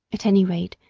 at any rate,